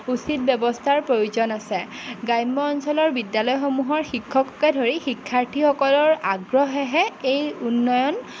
উ চিত ব্যৱস্থাৰ প্ৰয়োজন আছে গ্ৰাম্য অঞ্চলৰ বিদ্যালয়সমূহৰ শিক্ষককে ধৰি শিক্ষাৰ্থীসকলৰ আগ্ৰহেহে এই উন্নয়ন